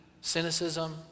cynicism